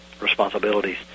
responsibilities